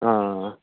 آ